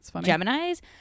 Gemini's